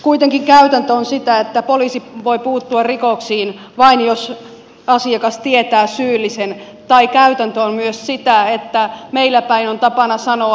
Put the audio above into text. kuitenkin käytäntö on sitä että poliisi voi puuttua rikoksiin vain jos asiakas tietää syyllisen tai käytäntö on myös sitä että meillä päin on tapana sanoa